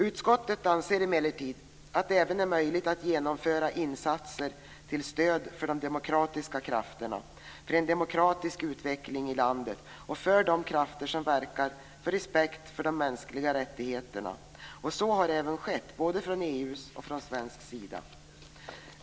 Utskottet anser emellertid att det även är möjligt att genomföra insatser till stöd för de demokratiska krafterna, för en demokratisk utveckling i landet och för de krafter som verkar för respekt för de mänskliga rättigheterna. Så har även skett, både från EU:s sida och från svensk sida.